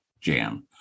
jam